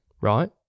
right